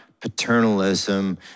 paternalism